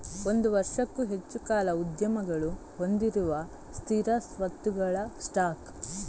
ಒಂದು ವರ್ಷಕ್ಕೂ ಹೆಚ್ಚು ಕಾಲ ಉದ್ಯಮಗಳು ಹೊಂದಿರುವ ಸ್ಥಿರ ಸ್ವತ್ತುಗಳ ಸ್ಟಾಕ್